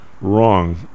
wrong